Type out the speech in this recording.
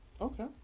Okay